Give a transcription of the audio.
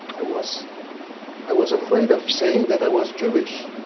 i was i was afraid of saying that i was jewish.